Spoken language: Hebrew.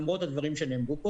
למרות הדברים שנאמרו פה.